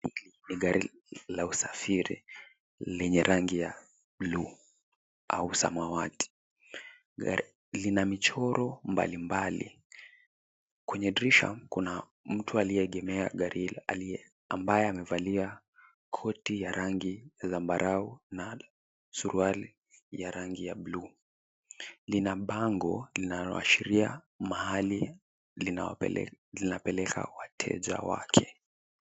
Hili ni gari la usafiri lenye rangi ya buluu au samawati. Gari lina michoro mbalimbali. Kwenye dirisha kuna mtu aliyeegemea gari hilo ambaye amevalia koti ya rangi zambarau na suruali ya rangi ya buluu. Lina bango linaloashiria mahali linapeleka wateja wake.